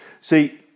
See